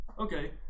Okay